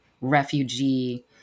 refugee